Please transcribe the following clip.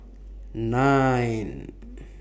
nine